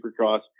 supercross